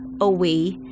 away